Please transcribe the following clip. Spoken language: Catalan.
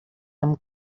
amb